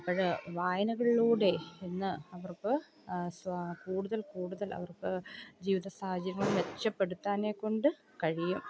അപ്പോൾ വായനകളിലൂടെ ഇന്ന് അവർക്ക് കൂടുതൽ കൂടുതൽ അവർക്ക് ജീവിതസാഹചര്യങ്ങൾ മെച്ചപ്പെടുത്താനേ കൊണ്ട് കഴിയും